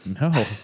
No